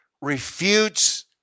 refutes